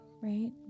right